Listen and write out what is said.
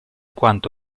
quanto